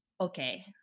okay